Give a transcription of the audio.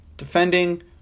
defending